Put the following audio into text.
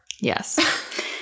Yes